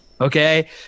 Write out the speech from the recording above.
okay